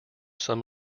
some